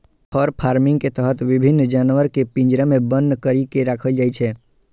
फर farming के तहत विभिन्न जानवर कें पिंजरा मे बन्न करि के राखल जाइ छै